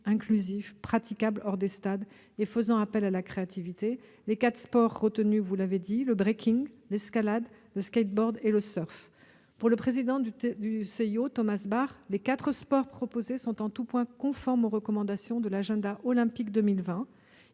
inclusifs, praticables hors des stades, et faisant appel à la créativité. Les quatre sports retenus sont le breakdance, l'escalade, le skateboard et le surf. Pour le président du CIO, Thomas Bach, « les quatre sports proposés sont en tous points conformes aux recommandations de l'Agenda olympique 2020.